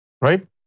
right